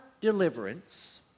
deliverance